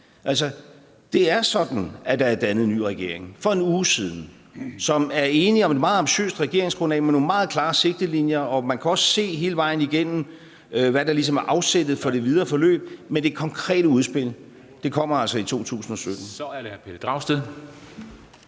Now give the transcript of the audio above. andet. Det er sådan, at der er dannet en ny regering for en uge siden, som er enig om et meget ambitiøst regeringsgrundlag med nogle meget klare sigtelinjer, og man kan se hele vejen igennem, hvad der ligesom er afsættet for det videre forløb, men det konkrete udspil kommer altså i 2017.